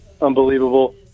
unbelievable